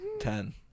Ten